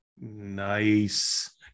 nice